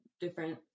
different